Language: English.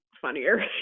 funnier